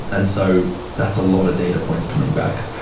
and so that's a lot of data points coming back.